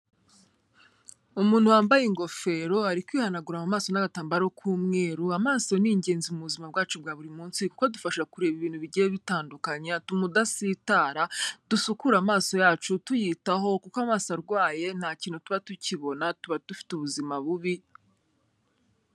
Umuntu wambaye ingofero ari kwihanagura mu maso n'atambaro k'umweru. Amaso ni ingenzi mu buzima bwacu bwa buri munsi kuko adufasha kureba ibintu bigiye bitandukanye, atuma udasitara, dusukure amaso yacu tuyitaho kuko amaso arwaye nta kintu tuba tukibona, tuba dufite ubuzima bubi.